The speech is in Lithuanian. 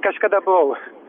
kažkada buvau